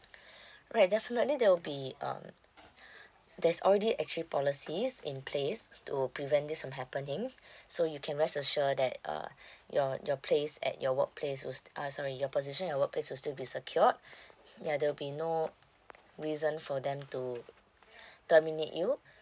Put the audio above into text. right definitely there will be um there's already actually policies in place to prevent this from happening so you can rest assure that uh your your place at your workplace was uh sorry your position at work place will still be secured ya there'll be no reason for them to terminate you